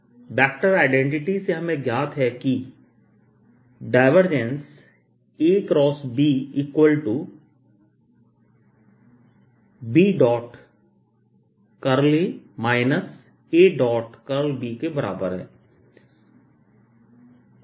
3 अब वेक्टर आइडेंटिटीसे हमें ज्ञात है कि ABBA A के बराबर है